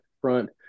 front